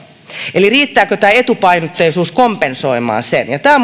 eli riittääkö tämä etupainotteisuus kompensoimaan sen tämä